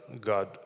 God